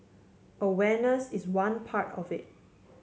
awareness is one part of it